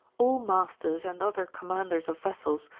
all masters and other commanders of vessels,